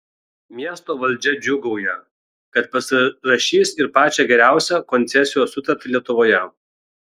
miesto valdžia džiūgauja kad pasirašys ir pačią geriausią koncesijos sutartį lietuvoje